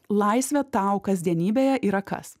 laisvė tau kasdienybėje yra kas